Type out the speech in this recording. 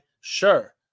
Sure